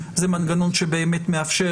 זה מנגנון שיש לו אפקט מצנן על המשטרה,